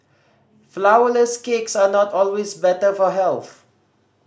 flourless cakes are not always better for health